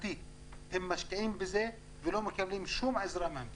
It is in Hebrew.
הם משקיעים בזה ולא מקבלים שום עזרה מהמדינה.